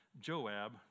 Joab